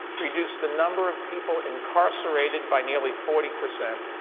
reduced the number of people incarcerated by nearly forty percent